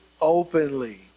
openly